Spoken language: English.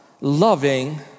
loving